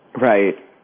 Right